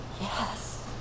Yes